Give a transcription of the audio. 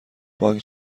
بانک